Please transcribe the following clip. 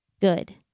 good